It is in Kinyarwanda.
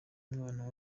mwana